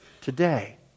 today